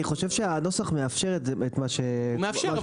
אני חושב שהנוסח מאפשר את מה ש --- הוא מאפשר,